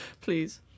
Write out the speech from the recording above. Please